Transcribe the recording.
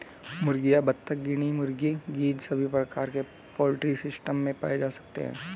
मुर्गियां, बत्तख, गिनी मुर्गी, गीज़ सभी प्रकार के पोल्ट्री सिस्टम में पाए जा सकते है